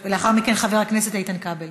ולאחר מכן, חבר הכנסת איתן כבל.